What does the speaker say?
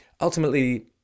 Ultimately